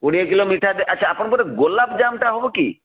କୋଡ଼ିଏ କିଲୋ ମିଠା ଆଚ୍ଛା ଆପଣଙ୍କର ଗୋଲାପଜାମ୍ ଟା ହେବକି